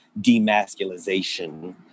demasculization